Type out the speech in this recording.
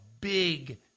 big